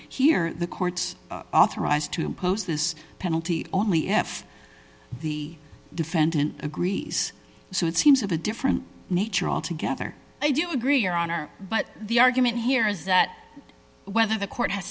here the court's authorized to impose this penalty only if the defendant agrees so it seems of a different nature altogether i do agree your honor but the argument here is that whether the court